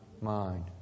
mind